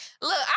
look